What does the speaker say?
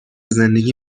زندگی